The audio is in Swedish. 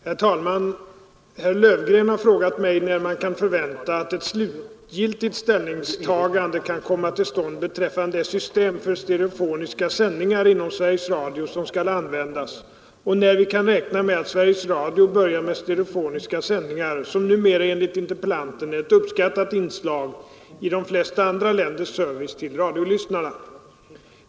Herr talman! Herr Löfgren har frågat mig när man kan förvänta, att ett slutgiltigt ställningstagande kan komma till stånd beträffande det system för stereofoniska sändningar inom Sveriges Radio som skall användas, och när vi kan räkna med att Sveriges Radio börjar med stereofoniska sändningar, som numera enligt interpellanten är ett uppskattat inslag i de flesta andra länders service till radiolyssnarna.